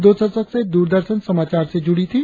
दो दशक से दूरदर्शन समाचार से डुड़ी थी